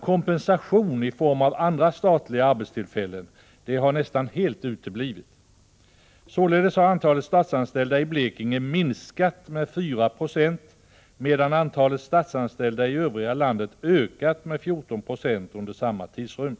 Kompensation i form av andra statliga arbetstillfällen har nästan helt uteblivit. Således har antalet statsanställda i Blekinge minskat med 496, medan antalet statsanställda i övriga landet ökat med 14 90 under samma tidrymd.